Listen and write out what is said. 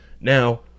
now